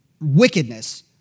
wickedness